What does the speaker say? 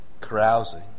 carousing